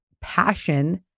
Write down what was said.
passion